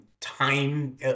time